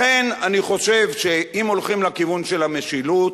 לכן אני חושב שאם הולכים לכיוון של המשילות